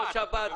לא בשבת,